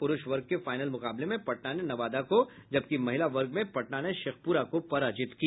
पुरूष वर्ग के फाईनल मुकाबले में पटना ने नवादा को जबकि महिला वर्ग में पटना ने शेखप्रा को पराजित किया